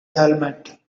helmet